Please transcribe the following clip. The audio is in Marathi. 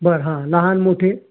बरं हां लहान मोठे